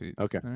okay